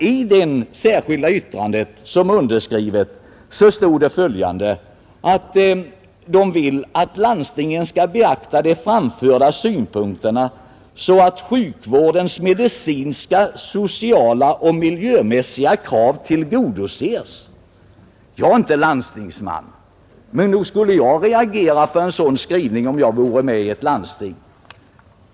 I det särskilda yttrande som är avgivet med anledning av denna motion sägs det att landstingen bör beakta de framförda synpunkterna ”så att sjukvårdens medicinska, sociala och miljömässiga krav tillgodoses”. Nog skulle jag reagera för en sådan skrivning om jag vore landstingsman.